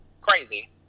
crazy